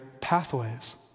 pathways